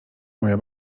moja